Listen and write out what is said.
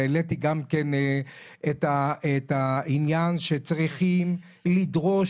והעליתי גם כן את העניין שצריכים לדרוש